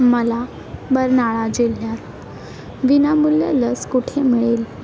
मला बर्नाळा जिल्ह्यात विनामूल्य लस कुठे मिळेल